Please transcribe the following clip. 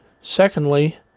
secondly